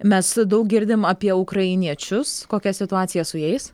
mes daug girdim apie ukrainiečius kokia situacija su jais